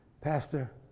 Pastor